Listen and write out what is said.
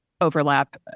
overlap